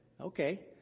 Okay